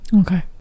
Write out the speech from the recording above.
Okay